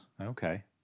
Okay